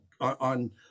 on